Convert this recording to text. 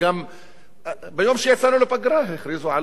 ביום שיצאנו לפגרה הכריזו על שורת קיצוצים.